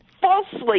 falsely